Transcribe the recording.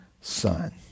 son